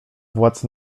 władz